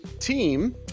team